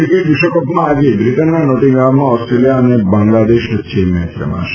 cricket વિશ્વકપમાં આજે બ્રિટનના નોટીંગફામમાં ઓસ્ટ્રેલિયા અને બાંગ્લાદેશ વચ્ચે મેચ રમાશે